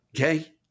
okay